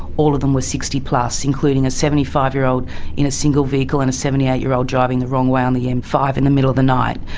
all of them were sixty plus, including a seventy five year old in a single vehicle and a seventy eight year old driving the wrong way on the m five in the middle of the night.